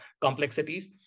complexities